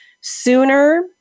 sooner